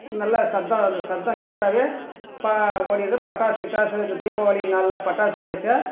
நல்ல சத்தம் அது சத்தம் கேட்டாவே ப ஓடிடுது பட்டாசு கிட்டாசு இந்த தீபாவளி நாளில் பட்டாசு வெடிச்சால்